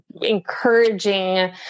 encouraging